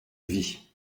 vit